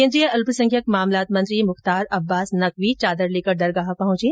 केन्द्रीय अल्पसंख्यक मामलात मंत्री मुख्तार अब्बास नकवी चादर लेकर दरगाह पहुंचे